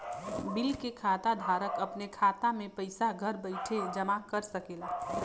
bill के खाता धारक अपने खाता मे पइसा घर बइठे जमा करा सकेला